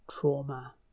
trauma